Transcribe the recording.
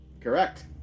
Correct